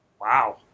Wow